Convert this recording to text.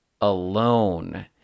alone